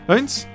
Antes